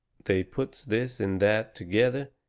they puts this and that together,